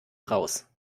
raus